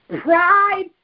Pride